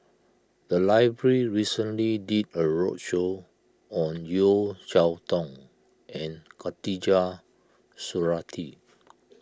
the library recently did a roadshow on Yeo Cheow Tong and Khatijah Surattee